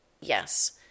Yes